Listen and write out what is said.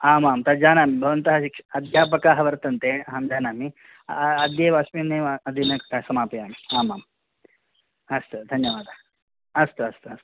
आम् आम् तत् जानामि भवन्तः शिक्ष् अध्यापकः वर्तन्ते अहं जानामि अद्यैव अस्मिन्नेव दिने समापयामि आम् आम् अस्तु धन्यवादाः अस्तु अस्तु अस्तु